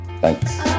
thanks